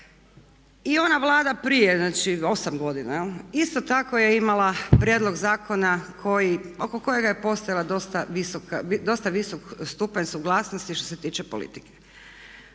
I ona Vlada prije, znači 8 godina, isto tako je imala prijedlog zakona koji, oko kojega je postojala dosta visoka, dosta visok stupanj suglasnosti što se tiče politike.